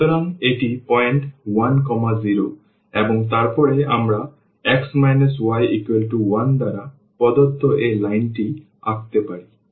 সুতরাং এটি পয়েন্ট 10 এবং তারপরে আমরা x y1 দ্বারা প্রদত্ত এই লাইনটি আঁকতে পারি